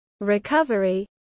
recovery